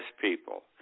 people